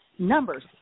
numbers